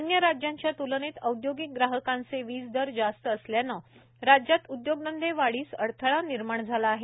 अन्य राज्याच्या त्लनेने औद्योगिक ग्राहकांचे वीज दर जास्त असल्याने राज्यात उदयोगधंदे वाढीस अडथळा निर्माण झाला आहे